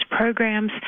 programs